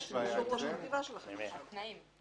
אני לא מבין,